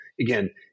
again